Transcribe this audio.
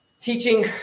teaching